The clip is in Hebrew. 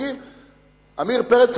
עמיר פרץ,